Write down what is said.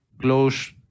close